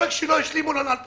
לא רק שלא השלימו לנו לשנת 2020,